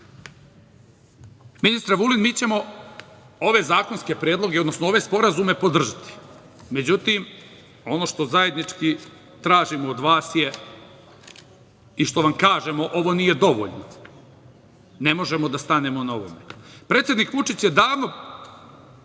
Vulin, mi ćemo ove zakonske predloge, odnosno ove sporazume podržati. Međutim, ono što zajednički tražimo od vas i što vam kažemo je ovo nije dovoljno. Ne možemo da stanemo na ovome. Predsednik Vučić je davno,